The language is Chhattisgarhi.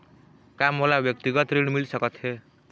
का मोला व्यक्तिगत ऋण मिल सकत हे?